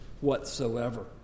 whatsoever